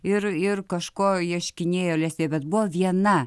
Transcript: ir ir kažko ieškinėjo lesė bet buvo viena